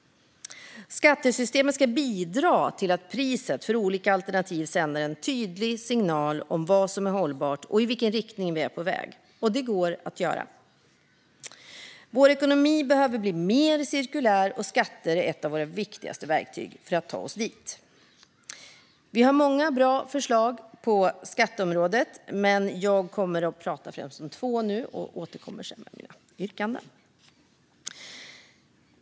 Skattesystemet ska bidra till att priset för olika alternativ sänder en tydlig signal om vad som är hållbart och i vilken riktning vi är på väg. Det går att göra. Vår ekonomi behöver bli mer cirkulär, och skatter är ett av våra viktigaste verktyg för att ta oss dit. Vi har många bra förslag på skatteområdet. Jag kommer nu att prata främst om två, och jag återkommer senare med mina yrkanden.